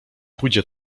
pójdzie